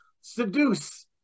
seduce